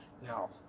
Now